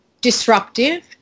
disruptive